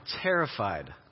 terrified